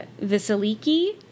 Vasiliki